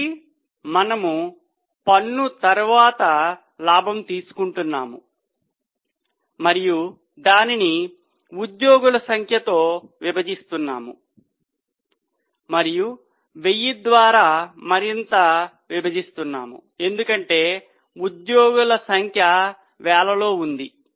కాబట్టి మనము పన్ను తరువాత లాభం తీసుకుంటున్నాము మరియు దానిని ఉద్యోగుల సంఖ్యతో విభజిస్తున్నాము మరియు 1000 ద్వారా మరింత విభజిస్తున్నాము ఎందుకంటే ఉద్యోగుల సంఖ్య 1000 లో ఉంది